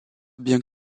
bien